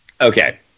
Okay